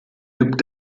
gibt